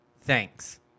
Thanks